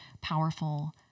powerful